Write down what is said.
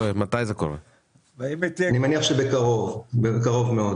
אני מניח שבקרוב מאוד.